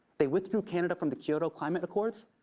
they withdrew canada from the kyoto climate accords,